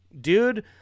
Dude